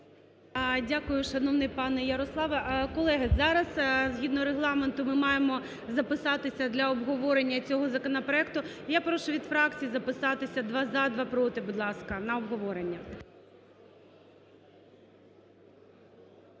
Дякую, шановний пане Ярославе. Колеги, зараз, згідно Регламенту, ми маємо записатися для обговорення цього законопроекту. Я прошу від фракцій записатися: два – "за", два – "проти", будь ласка, на обговорення.